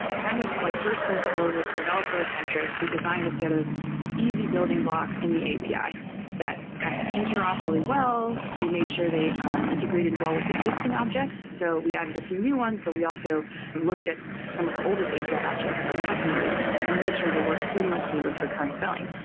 kind of like first principles, like developer-centric, we designed a set of easy building blocks in the api that kind of interop really well. we made sure they integrated well with existing objects, so we added a few new ones, but we also looked at some of our oldest api objects, like customers and made sure they worked seamlessly with recurring billing.